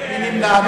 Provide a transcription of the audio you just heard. מי נמנע?